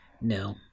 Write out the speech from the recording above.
no